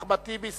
אחמד טיבי,